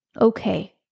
okay